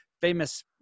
famous